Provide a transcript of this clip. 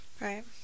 right